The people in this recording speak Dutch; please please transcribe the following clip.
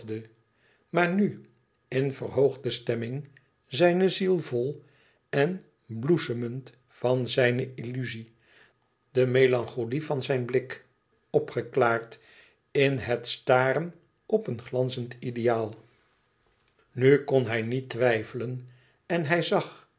maar nu in verhoogde stemming zijne ziel vol en bloesemend van zijne illuzie de melancholie van zijn blik opgeklaard in het staren op een glanzend ideaal nu kon hij niet twijfelen en hij zag